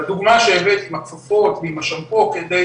הדוגמה שהבאת עם הכפפות ועם השמפו כדי